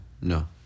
No